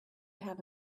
have